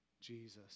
Jesus